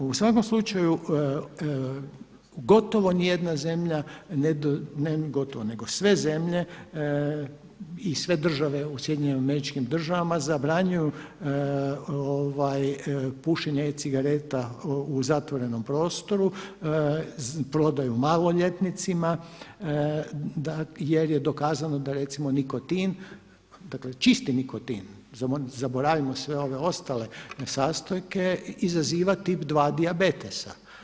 U svakom slučaju gotovo ni jedna zemlja, ne gotovo nego sve zemlje i sve države u Sjedinjenim Američkim Državama zabranjuju pušenje e-cigareta u zatvorenom prostoru, prodaju maloljetnicima jer je dokazano da recimo nikotin, dakle čisti nikotin, zaboravimo sve ove ostale sastojke izaziva tip dva dijabetesa.